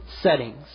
settings